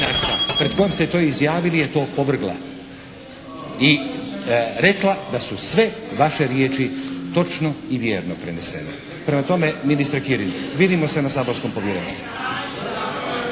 pred kojom ste to izjavili je to opovrgla. I rekla da su sve vaše riječi točno i vjerno prenesene. Prema tome, ministre Kirin, vidimo se na saborskom povjerenstvu.